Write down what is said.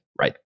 right